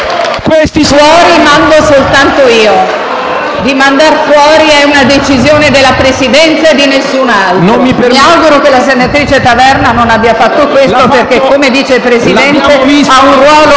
Fuori mando soltanto io. Mandare fuori è una decisione della Presidenza e di nessun altro. Mi auguro che la senatrice Taverna non abbia fatto quel gesto, perché come Vice Presidente ha un ruolo